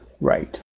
Right